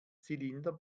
zylinder